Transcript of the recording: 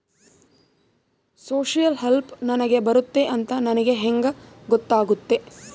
Social help ನನಗೆ ಬರುತ್ತೆ ಅಂತ ನನಗೆ ಹೆಂಗ ಗೊತ್ತಾಗುತ್ತೆ?